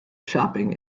shopping